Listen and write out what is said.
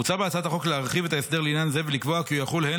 בהצעת החוק מוצע להרחיב את ההסדר לעניין זה ולקבוע כי הוא יחול הן